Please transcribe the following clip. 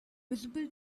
visible